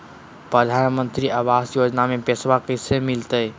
प्रधानमंत्री आवास योजना में पैसबा कैसे मिलते?